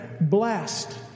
blessed